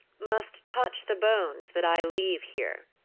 must touch the bones that i leave here.